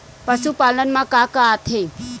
पशुपालन मा का का आथे?